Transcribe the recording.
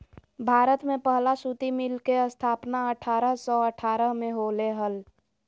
भारत में पहला सूती मिल के स्थापना अठारह सौ अठारह में होले हल